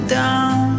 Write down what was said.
down